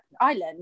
island